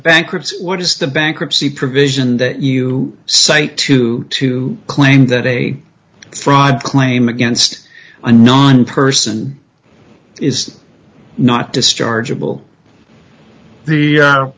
bankruptcy what is the bankruptcy provision that you cite to to claim that a fraud claim against a non person is not dischargeable the